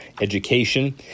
education